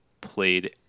played